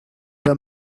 the